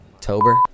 tober